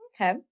Okay